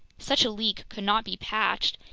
such a leak could not be patched,